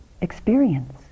experience